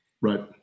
Right